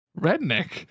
redneck